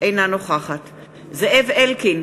אינה נוכחת זאב אלקין,